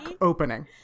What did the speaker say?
opening